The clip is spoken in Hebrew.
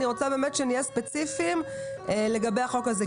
אני רוצה באמת שנהיה ספציפיים לגבי החוק הזה.